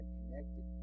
connected